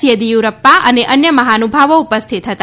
યેદીયુરપ્પા અને અન્ય મહાનુભાવો ઉપસ્થિત હતા